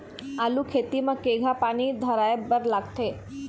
आलू खेती म केघा पानी धराए बर लागथे?